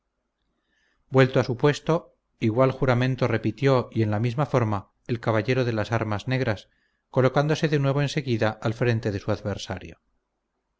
su puesto igual juramento repitió y en la misma forma el caballero de las armas negras colocándose de nuevo en seguida al frente de su adversario